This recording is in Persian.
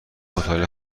مطالعه